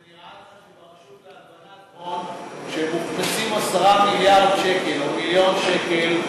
הרשות להלבנת הון שמוכנסים 10 מיליארד שקל או מיליון שקל,